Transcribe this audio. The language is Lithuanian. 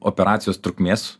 operacijos trukmės